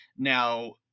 now